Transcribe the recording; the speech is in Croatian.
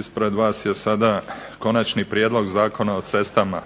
ispred vas je sada Konačni prijedlog Zakona o cestama.